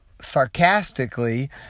sarcastically